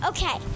Okay